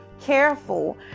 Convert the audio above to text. careful